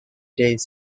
days